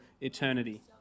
eternity